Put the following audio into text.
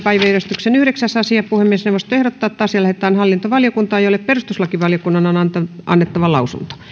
päiväjärjestyksen yhdeksäs asia puhemiesneuvosto ehdottaa että asia lähetetään hallintovaliokuntaan jolle perustuslakivaliokunnan on annettava lausunto